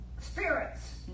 spirits